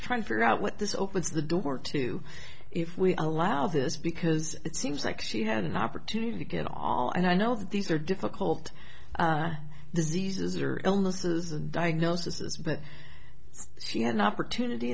trying to figure out what this opens the door to if we allow this because it seems like she had an opportunity to get all and i know that these are difficult diseases or illnesses and diagnosis but she had an opportunity